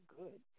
good